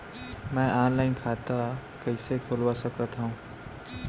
मैं ऑनलाइन खाता कइसे खुलवा सकत हव?